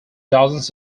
dozens